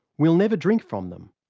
we'll never drink from them,